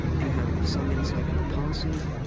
do you have some insight into policy?